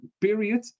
period